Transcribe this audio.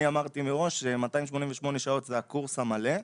אני אמרתי מראש ש-288 שעות זה הקורס המלא.